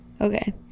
Okay